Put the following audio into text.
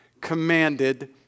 commanded